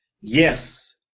yes